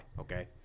okay